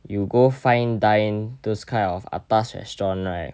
you go fine dine those kind of atas restaurant right